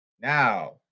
now